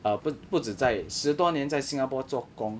err 不不只在十多年在 singapore 做工